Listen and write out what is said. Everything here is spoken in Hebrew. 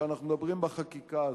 שאנחנו מדברים בחקיקה הזו,